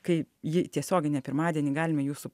kai ji tiesioginė pirmadienį galime jūsų